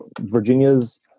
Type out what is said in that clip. Virginia's